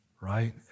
right